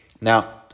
Now